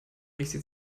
richtet